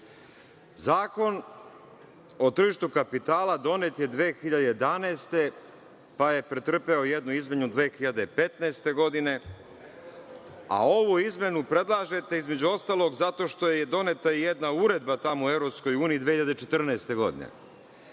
o tržištu kapitala donet je 2011. godine, pa je pretrpeo jednu izmenu 2015. godine, a ovu izmenu predlažete, između ostalog, zato što je doneta i jedna uredba tamo u EU 2014. godine.